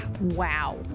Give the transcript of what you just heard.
Wow